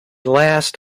last